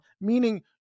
meaning